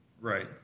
right